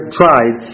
tried